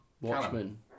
Watchmen